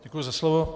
Děkuju za slovo.